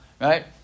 right